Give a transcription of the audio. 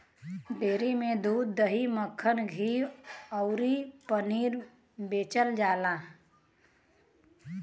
dairy में दूध, दही, मक्खन, घीव अउरी पनीर बेचल जाला